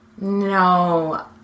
no